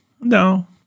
no